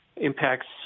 impacts